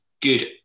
good